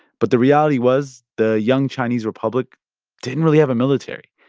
but the reality was the young chinese republic didn't really have a military,